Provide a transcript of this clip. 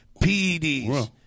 PEDs